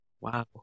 Wow